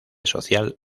social